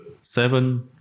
seven